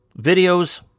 videos